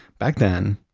back then,